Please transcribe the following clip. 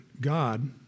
God